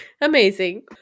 Amazing